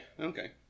Okay